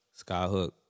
Skyhook